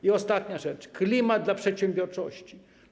I ostatnia rzecz: klimat dla przedsiębiorczości.